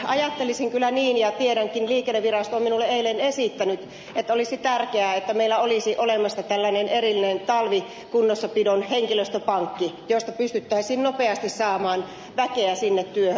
ajattelisin kyllä niin ja tiedänkin liikennevirasto on minulle eilen esittänyt että olisi tärkeää että meillä olisi olemassa tällainen erillinen talvikunnossapidon henkilöstöpankki josta pystyttäisiin nopeasti saamaan väkeä sinne työhön